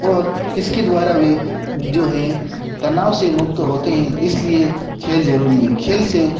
और इसके द्वारा भी जो हैं तनाव से मुक्त होते हैं इसलिए खेल ज़रूरी हे खेल से